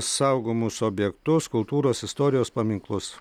saugomus objektus kultūros istorijos paminklus